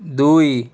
ଦୁଇ